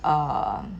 uh